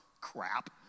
crap